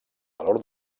valor